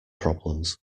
problems